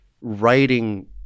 writing